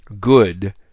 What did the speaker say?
Good